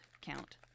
count